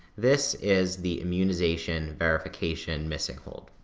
this is the immunization verification missing hold.